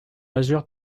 majeur